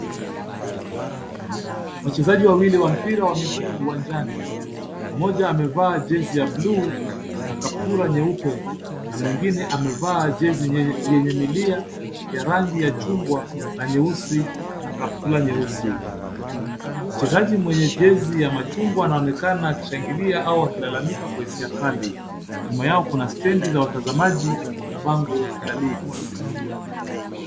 Wachezaji wawili wa mpira wa miguu uwanjani , mmoja amevaa jezi ya bluu na kaptula nyeupe na mwingine amevaa jezi yenye milia ya rangi ya chungwa na nyeusi na kaptula nyeusi ,mchezaji mwenye chezi ya machungwa anaonekana akishangilia au akilalamika kwa ukali, nyuma Yao Kuna stage (cs) la watazamaji na bango la